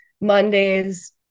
Mondays